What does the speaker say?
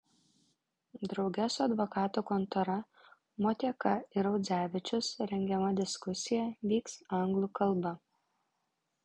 drauge su advokatų kontora motieka ir audzevičius rengiama diskusija vyks anglų kalba